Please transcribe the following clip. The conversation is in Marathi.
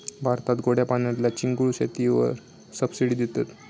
भारतात गोड्या पाण्यातल्या चिंगूळ शेतीवर सबसिडी देतत